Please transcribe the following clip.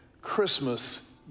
Christmas